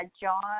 John